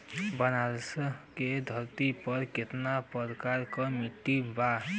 बनारस की धरती पर कितना प्रकार के मिट्टी बा?